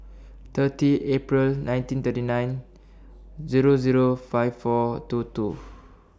thirty April nineteen thirty nine Zero Zero five four two two